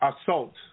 assault